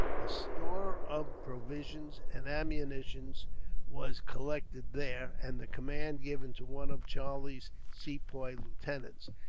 a store of provisions and ammunition was collected there, and the command given to one of charlie's sepoy lieutenants,